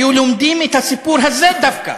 היו לומדים את הסיפור הזה דווקא,